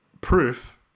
proof